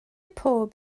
pob